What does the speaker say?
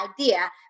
idea